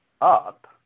up